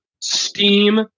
Steam